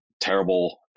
terrible